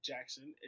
Jackson